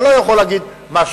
אתה לא יכול להגיד משהו.